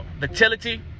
vitality